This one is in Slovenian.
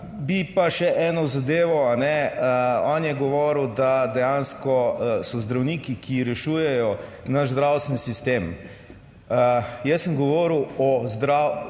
Bi pa še eno zadevo, kajne, on je govoril, da dejansko so zdravniki, ki rešujejo naš zdravstveni sistem. Jaz sem govoril o zdravstvenem